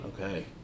Okay